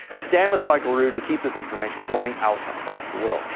stand with michael rood to keep this information going out across the world.